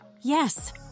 Yes